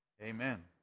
Amen